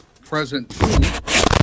present